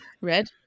red